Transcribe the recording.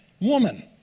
woman